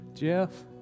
Jeff